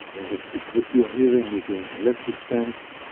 and the tick that you are hearing is the electric fence,